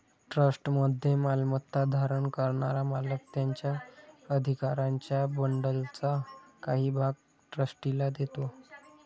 ट्रस्टमध्ये मालमत्ता धारण करणारा मालक त्याच्या अधिकारांच्या बंडलचा काही भाग ट्रस्टीला देतो